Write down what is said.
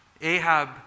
Ahab